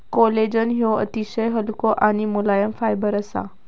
collagen ह्यो अतिशय हलको आणि मुलायम फायबर असा